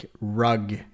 rug